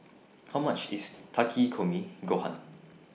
How much IS Takikomi Gohan